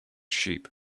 sheep